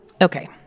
Okay